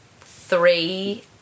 three